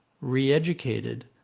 re-educated